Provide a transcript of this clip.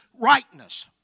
rightness